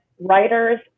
writers